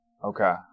Okay